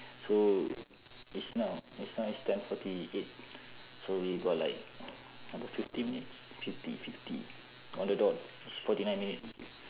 so it's now it's now is ten forty eight so we got like about fifty minutes fifty fifty on the dot it's forty nine minutes